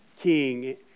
king